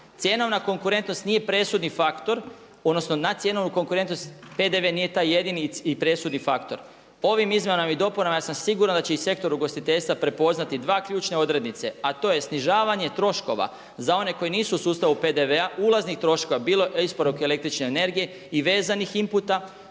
Cjenovna konkurentnost nije presudni faktor, odnosno na cjenovnu konkurentnost PDV nije taj jedini i presudni faktor. Ovim izmjenama i dopunama ja sam siguran da će i sektor ugostiteljstva prepoznati dvije ključne odrednice, a to je snižavanje troškova za one koji nisu u sustavu PDV-a, ulaznih troškova bilo isporuke električne energije i vezanih inputa